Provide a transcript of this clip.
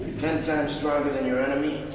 ten times stronger than your enemy,